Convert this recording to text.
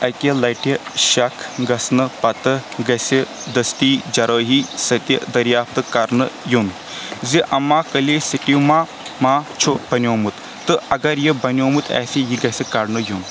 اَکہِ لَٹہِ شَکھ گَژھنہٕ پَتہٕ گژھہِ دٔستی جرٲحی سٕتہِ دریافت كرنہٕ یُن زِ اما كلہِ سٹیٛٹوما ما چھُ بنیومُت ،تہٕ اگر یہِ بنیومُت آسہِ یہِ گژھہِ كڑنہٕ یُن